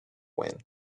when